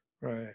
Right